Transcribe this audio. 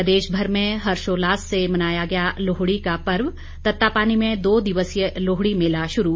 प्रदेशभर में हर्षोल्लास से मनाया गया लोहड़ी का पर्व तत्तापानी में दो दिवसीय लोहड़ी मेला शुरू